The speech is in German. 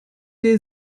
der